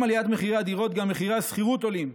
עם עליית מחירי הדירות גם מחירי השכירות עולים.